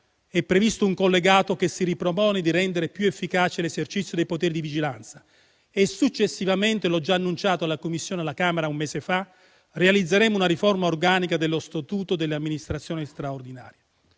è previsto un collegato che si ripropone di rendere più efficace l'esercizio dei poteri di vigilanza e successivamente - come ho già annunciato in Commissione alla Camera un mese fa - realizzeremo una riforma organica dello statuto delle amministrazioni straordinarie.